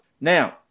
Now